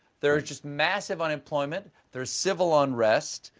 there is just massive unemployment. there's civil unrest.